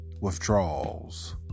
withdrawals